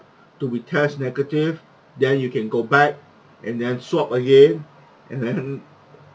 do be test negative then you can go back and then swab again and then